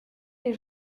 les